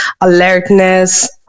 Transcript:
alertness